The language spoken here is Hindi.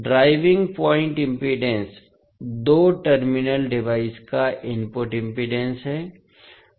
ड्राइविंग पॉइंट इम्पीडेन्स दो टर्मिनल डिवाइस का इनपुट इम्पीडेन्स है